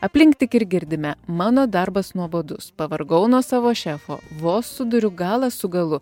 aplink tik ir girdime mano darbas nuobodus pavargau nuo savo šefo vos suduriu galą su galu